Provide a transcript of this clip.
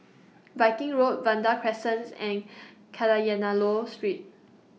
Viking Road Vanda Crescents and Kadayanallur Street